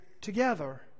together